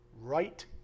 right